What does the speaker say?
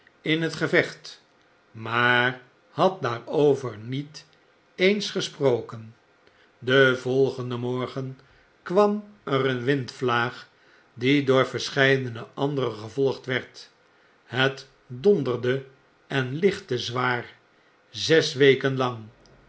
in het gevecht maar had daarover niet eens gesproken den volgenden morgen kwam er een windvlaag die door verscneidene andere gevolgd werd het donderde en liehtte zwaar zes weken lang